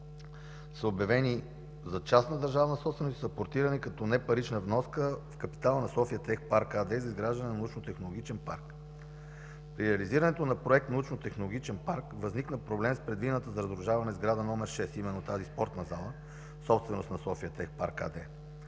е обявен за частна държавна собственост и апортиран като непарична вноска в капитала на „София тех парк” АД за изграждане на научно технологичен парк. При реализацията на проекта възниква проблем с предвидената за разрушаване сграда № 6, а именно тази спортна зала, собственост на „София тех парк” АД.